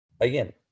again